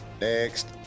Next